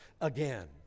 again